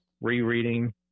rereading